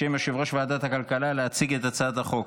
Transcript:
בשם יושב-ראש ועדת הכלכלה, להציג את הצעת החוק.